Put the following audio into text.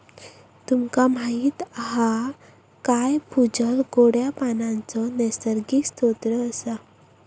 तुमका माहीत हा काय भूजल गोड्या पानाचो नैसर्गिक स्त्रोत असा